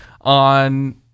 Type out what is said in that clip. on